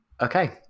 Okay